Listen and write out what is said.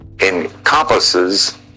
encompasses